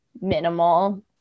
minimal